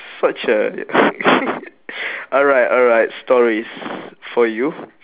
such a alright alright stories for you